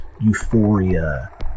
euphoria